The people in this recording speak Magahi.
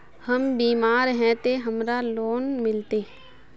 हम बीमार है ते हमरा लोन मिलते?